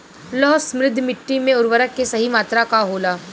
लौह समृद्ध मिट्टी में उर्वरक के सही मात्रा का होला?